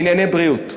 לענייני בריאות,